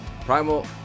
Primal